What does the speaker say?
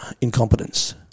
incompetence